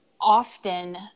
often